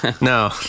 no